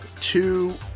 two